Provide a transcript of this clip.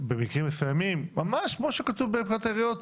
במקרים מסוימים, ממש כמו שכתוב בפקודת העיריות.